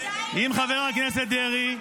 עם חבר הכנסת דרעי,